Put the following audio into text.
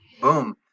Boom